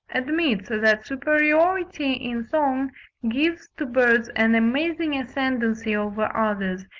admits that superiority in song gives to birds an amazing ascendancy over others,